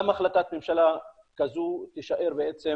גם החלטת ממשלה כזו תישאר בעצם